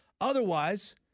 otherwise